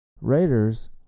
Raiders